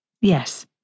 Yes